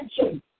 attention